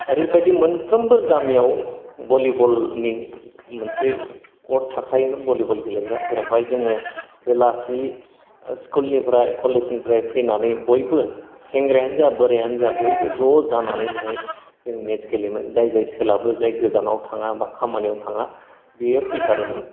ओरैबादि मोनफ्रोमबो गामियाव बलिबलनि मोनसे कर्ट थाखायोमोन बलिबल गेलेग्रा जेरावहाय जोङो बेलासि स्कुल निफ्राय कलेज निफ्राय फैनानै बयबो सेंग्रायानो जा बोरायानो जा बयबो ज' जानानै बेहाय जों मेट्च गेलेयोमोन जाय जाय सोलाबो जाय गोजानाव थाङा बा खामानियाव थाङा बियो फैथारोमोन